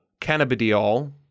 cannabidiol